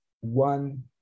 one